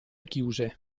chiuse